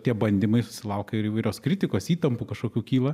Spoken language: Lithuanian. tie bandymai susilaukia ir įvairios kritikos įtampų kažkokių kyla